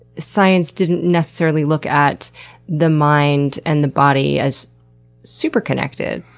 science didn't necessarily look at the mind and the body as super connected.